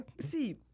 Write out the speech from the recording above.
see